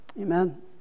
amen